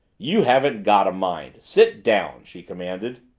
you haven't got a mind. sit down, she commanded.